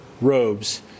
robes